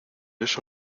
eso